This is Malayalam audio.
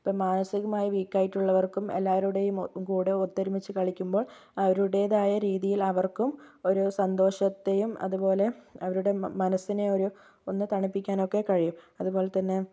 ഇപ്പോൾ മാനസികമായി വീക്കായിട്ടുള്ളവർക്കും എല്ലാവരുടെയും കൂടെ ഒത്തൊരുമിച്ച് കളിക്കുമ്പോൾ അവരുടേതായ രീതിയിൽ അവർക്കും ഒരു സന്തോഷത്തെയും അതുപോലെ അവരുടെ മനസ്സിനെ ഒരു ഒന്ന് തണിപ്പിക്കാനൊക്കെ കഴിയും അതുപോലെ തന്നെ